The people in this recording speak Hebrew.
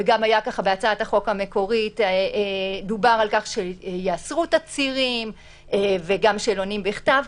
וכך גם היה בהצעת החוק המקורית שייאסרו תצהירים וגם שאלונים בכתב.